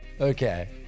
Okay